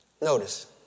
Notice